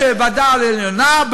יש ועדה עליונה,